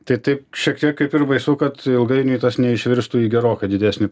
tai tai šiek tiek kaip ir baisu kad ilgainiui tas neišvirstų į gerokai didesnį